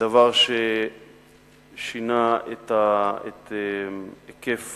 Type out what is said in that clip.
דבר ששינה את היקף